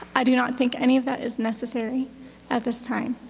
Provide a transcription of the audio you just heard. i do not think any of that is necessary at this time.